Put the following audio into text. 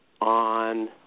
on